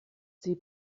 sie